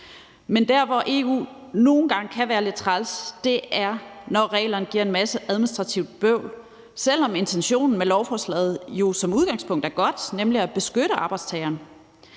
Men der, hvor EU nogle gange kan være lidt træls, er, når reglerne giver en masse administrativt bøvl, selv om intentionen med lovforslaget jo som udgangspunkt er godt, nemlig at beskytte arbejdstageren.